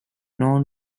non